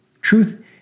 Truth